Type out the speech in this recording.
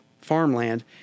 farmland